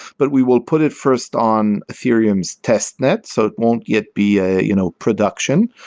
but we will put it first on ethereum's test net so it won't yet be a you know production.